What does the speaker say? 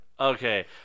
Okay